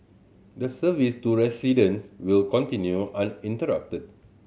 the service to residents will continue uninterrupted